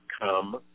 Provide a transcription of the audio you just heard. come